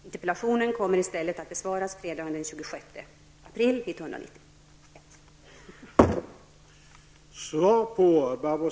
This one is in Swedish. Interpellationen kommer i stället att besvaras fredagen den 26 april 1991.